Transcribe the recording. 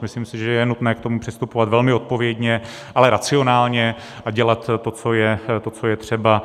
Myslím si, že je nutné k tomu přistupovat velmi odpovědně, ale racionálně a dělat to, co je třeba.